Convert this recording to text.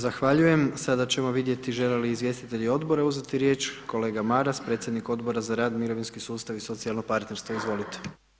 Zahvaljujem, sada ćemo vidjeti žele li izvjestitelji odbora uzeti riječ, kolega Maras predsjednik Odbora za rad, mirovinski sustav i socijalno partnerstvo, izvolite.